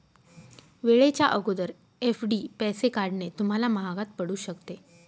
वेळेच्या अगोदर एफ.डी पैसे काढणे तुम्हाला महागात पडू शकते